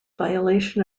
violation